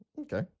Okay